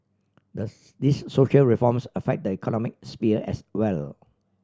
these social reforms affect the economic sphere as well